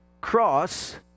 cross